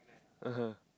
(uh huh)